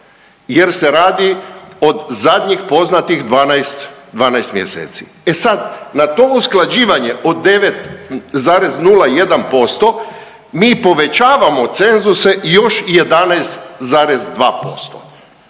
jer se radi od zadnjih poznatih 12, 12 mjeseci. E sad na to usklađivanje od 9,01% mi povećavamo cenzuse još 11,2%.